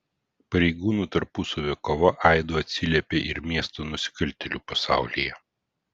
pareigūnų tarpusavio kova aidu atsiliepė ir miesto nusikaltėlių pasaulyje